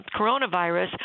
coronavirus